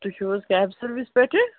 تُہۍ چھُو حظ کیب سٕروِس پٮ۪ٹھٕ